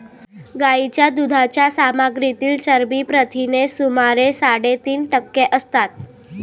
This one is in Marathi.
गायीच्या दुधाच्या सामग्रीतील चरबी प्रथिने सुमारे साडेतीन टक्के असतात